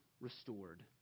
restored